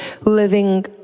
living